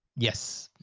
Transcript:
yes.